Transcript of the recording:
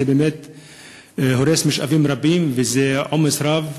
זה הורס משאבים רבים וזה עומס רב,